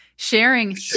Sharing